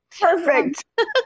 perfect